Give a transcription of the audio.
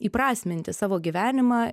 įprasminti savo gyvenimą